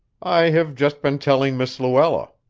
i have just been telling miss luella.